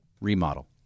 Remodel